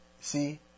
see